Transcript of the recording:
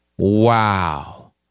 Wow